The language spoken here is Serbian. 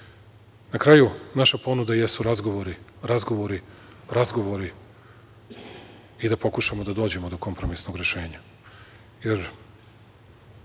kraju, naša ponuda jesu razgovori, razgovori, razgovori i da pokušamo da dođemo do kompromisnog rešenja.